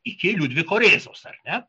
iki liudviko rėzos ar ne